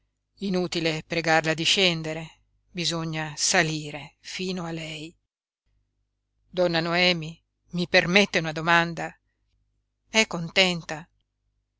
inutile pregarla di scendere bisogna salire fino a lei donna noemi mi permette una domanda è contenta